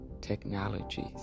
technologies